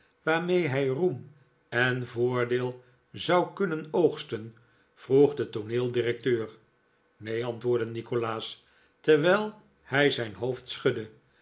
waarmee hij roem en voordeel zou kunnen oogsten vroeg de tooneeldirecteur neen antwoordde nikolaas terwijl hij zijn hoofd schudde